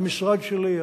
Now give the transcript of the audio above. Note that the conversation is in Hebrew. למשרד שלי.